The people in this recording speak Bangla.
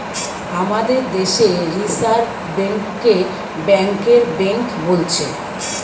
আমাদের দেশে রিসার্ভ বেঙ্ক কে ব্যাংকের বেঙ্ক বোলছে